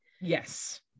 Yes